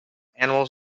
animals